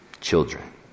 children